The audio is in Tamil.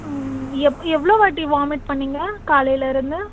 ம் எவ்வளோ வாட்டி வாமிட் பண்ணிங்க காலையில் இருந்து